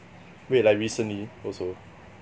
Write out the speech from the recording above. wait like recently also